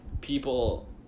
people